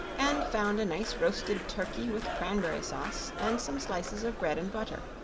and found a nice roasted turkey with cranberry sauce and some slices of bread and butter.